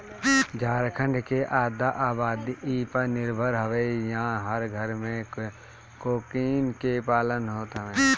झारखण्ड के आधा आबादी इ पर निर्भर हवे इहां हर घरे में कोकून के पालन होत हवे